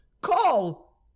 call